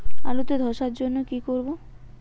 আলুতে ধসার জন্য কি করব?